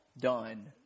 done